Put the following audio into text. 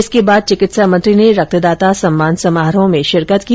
इसके बाद चिकित्सा मंत्री ने रक्तदाता सम्मान समारोह में शिरकत की